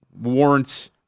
warrants –